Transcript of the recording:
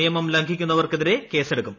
നിയമം ലംഘിക്കുന്നവർക്കെതിരെ കേസെടുക്കും